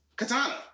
Katana